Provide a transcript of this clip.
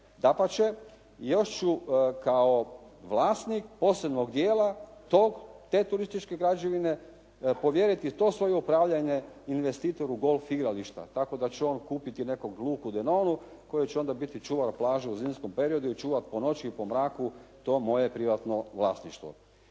Dapače, još ću kao vlasnik posebnog dijela tog, te turističke građevine povjeriti to svoje upravljanje investitoru golf igrališta, tako da će on kupiti nekog Luku Denolu koji će onda biti čuvar plaža u zimskom periodu i čuvati po noći i po mraku to moje privatno vlasništvo.